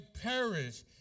perish